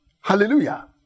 Hallelujah